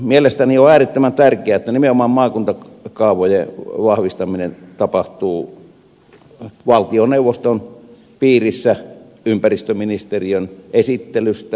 mielestäni on äärettömän tärkeää että nimenomaan maakuntakaavojen vahvistaminen tapahtuu valtioneuvoston piirissä ympäristöministeriön esittelystä